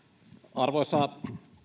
arvoisa